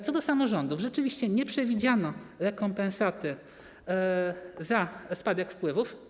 Co do samorządów, to rzeczywiście nie przewidziano rekompensaty za spadek wpływów.